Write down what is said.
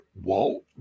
Walt